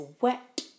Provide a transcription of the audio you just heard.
wet